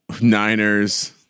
Niners